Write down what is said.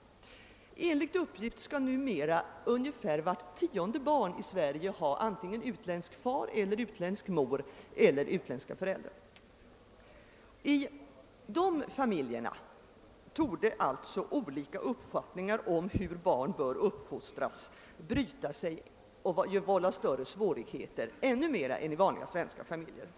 Enligt uppgift lär numera ungefär vart tionde barn i Sverige ha antingen utländsk far eller utländsk mor eller bådadera. I dessa familjer torde alltså olika uppfattningar om hur barn bör uppfostras bryta sig ännu mera och vålla större svårigheter än i vanliga svenska familjer.